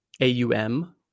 AUM